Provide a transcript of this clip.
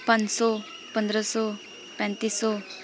ਪੰਜ ਸੌ ਪੰਦਰ੍ਹਾਂ ਸੌ ਪੈਂਤੀ ਸੌ